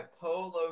Polo